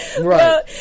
Right